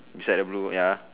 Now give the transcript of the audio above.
beside the blue ya